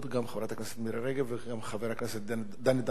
גם חברת הכנסת מירי רגב וגם חבר הכנסת דני דנון,